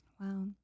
Wow